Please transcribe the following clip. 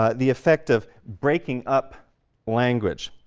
ah the effect of breaking up language